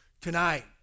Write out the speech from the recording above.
Tonight